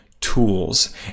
tools